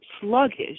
sluggish